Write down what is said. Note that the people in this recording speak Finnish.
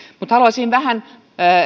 mutta haluaisin vähän